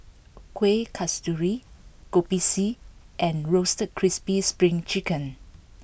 Kueh Kasturi Kopi C and Roasted Crispy Spring Chicken